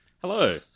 Hello